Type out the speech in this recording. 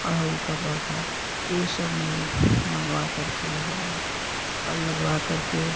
अड़हुल का पौधा ये सब मैं मँगवाकर के लगवाई और लगवाकर के